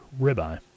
ribeye